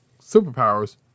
superpowers